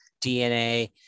DNA